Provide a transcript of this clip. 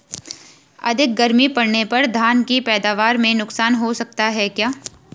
अधिक गर्मी पड़ने पर धान की पैदावार में नुकसान हो सकता है क्या?